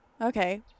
okay